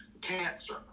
cancer